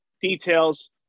details